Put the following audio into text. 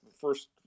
first